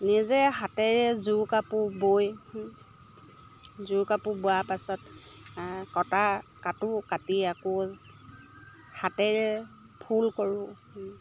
নিজে হাতেৰে যোৰ কাপোৰ বৈ যোৰ কাপোৰ বোৱা পাছত কটা কাটো কাটি আকৌ হাতেৰে ফুল কৰোঁ